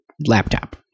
laptop